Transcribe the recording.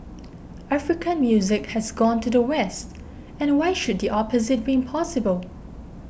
African music has gone to the West and why should the opposite be impossible